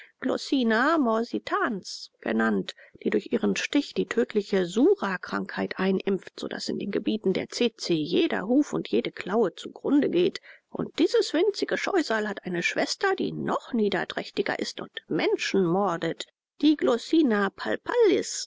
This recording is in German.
glossina morsitans genannt die durch ihren stich die tödliche surra krankheit einimpft so daß in den gebieten der tsetse jeder huf und jede klaue zugrunde geht und dieses winzige scheusal hat eine schwester die noch niederträchtiger ist und menschen mordet die glossina